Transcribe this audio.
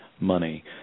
money